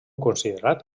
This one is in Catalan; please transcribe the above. considerat